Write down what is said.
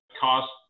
cost